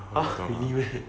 !huh! really meh